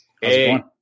Hey